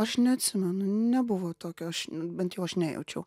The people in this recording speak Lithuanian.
aš neatsimenu nebuvo tokio aš bent jau aš nejaučiau